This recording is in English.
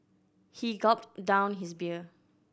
he gulped down his beer